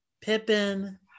Pippin